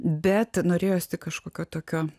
bet norėjosi kažkokio tokio